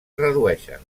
redueixen